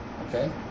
Okay